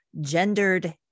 gendered